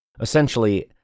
essentially